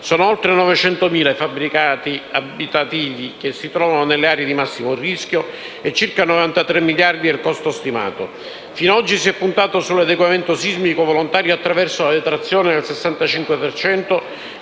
Sono oltre 900.000 i fabbricati abitativi che si trovano nelle aree di massimo rischio e circa 93 miliardi è il costo stimato. Fino ad oggi si è puntato sull'adeguamento sismico volontario attraverso la detrazione del 65